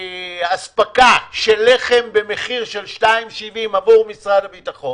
באספקה של לחם במחיר של 2.70 עבור משרד הביטחון,